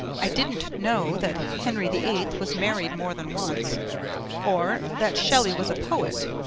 i didn't know that henry the eighth was married more than once or that shelley was a poet.